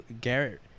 Garrett